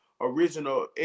original